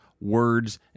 words